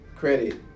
credit